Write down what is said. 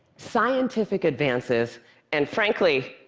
scientific advances and, frankly,